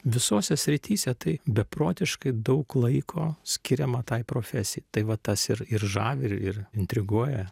visose srityse tai beprotiškai daug laiko skiriama tai profesijai tai va tas ir ir žavi ir ir intriguoja